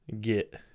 get